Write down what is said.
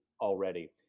already